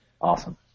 awesome